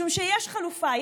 משום שיש חלופה,